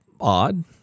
odd